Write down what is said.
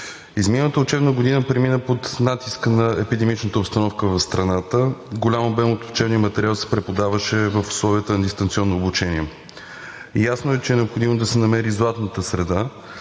Изминалата учебна година премина под натиска на епидемичната обстановка в страната и голям обем от учебния материал се преподаваше в условията на дистанционно обучение. Ясно е, че е необходимо да се намери златната среда,